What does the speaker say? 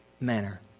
manner